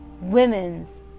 Women's